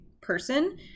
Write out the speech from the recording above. person